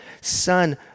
son